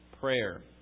prayer